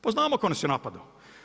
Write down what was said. Pa znam tko nas je napadao.